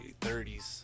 30s